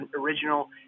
original